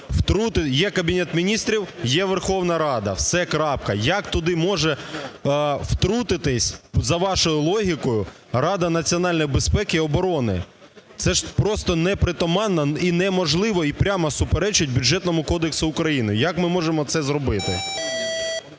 є Кабінет Міністрів, є Верховна Рада. Все, крапка. Як туди може втрутитись, за вашою логікою, Рада національної безпеки і оборони? Це ж просто непритаманно і неможливо, і прямо суперечить Бюджетному кодексу України. Як ми можемо це зробити?